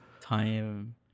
Time